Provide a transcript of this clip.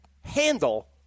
handle